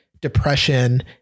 depression